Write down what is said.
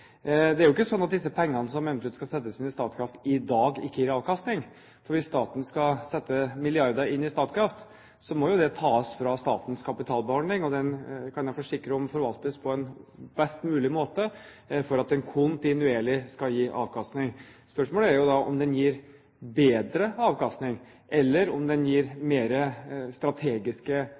Det er ikke sånn at disse pengene som eventuelt skal settes inn i Statkraft, i dag ikke gir avkastning. Hvis staten skal sette milliarder inn i Statkraft, må det tas fra statens kapitalbeholdning, og den kan jeg forsikre om at forvaltes på best mulig måte for at den kontinuerlig skal gi avkastning. Spørsmålet er da om den gir bedre avkastning eller mer strategisk viktige posisjoner gjennom å bli plassert i Statkraft enn andre steder. Det er den